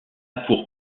pour